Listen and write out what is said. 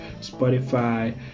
Spotify